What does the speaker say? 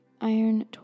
iron